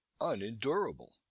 unendurable